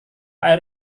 air